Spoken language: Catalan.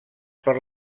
per